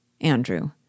Andrew